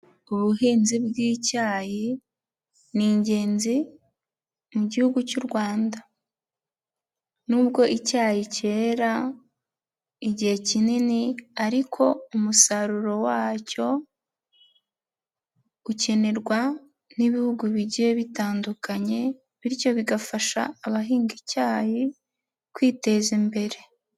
Ubuhinzi bw'icyayi ni ingenzi mu gihugu cy'u Rwanda, n'ubwo icyayi kera igihe kinini, ariko umusaruro wacyo ukenerwa n'ibihugu bigiye bitandukanye bityo bigafasha abahinga icyayi kwiteza imbere.